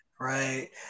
Right